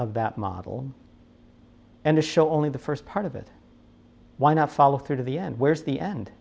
that model and to show only the first part of it why not follow through to the end where's the end